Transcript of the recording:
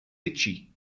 itchy